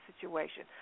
situation